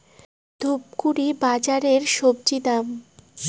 ধূপগুড়ি বাজারের স্বজি দাম?